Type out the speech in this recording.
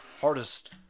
hardest